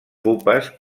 pupes